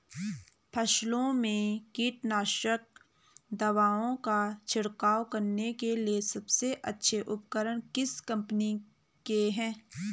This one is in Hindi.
फसलों में कीटनाशक दवाओं का छिड़काव करने के लिए सबसे अच्छे उपकरण किस कंपनी के हैं?